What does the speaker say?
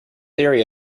area